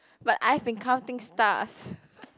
but I've been counting stars